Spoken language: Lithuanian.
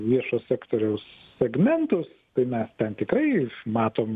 viešo sektoriaus segmentus tai mes ten tikrai matom